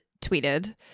tweeted